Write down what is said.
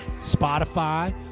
Spotify